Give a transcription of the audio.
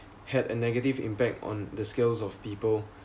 had a negative impact on the skills of people